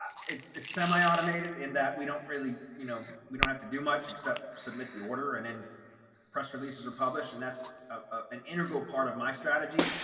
it's it's semi automated in that we don't really, you know, we don't have to do much except submit the order and then press releases are published. and that's an integral part of my strategy.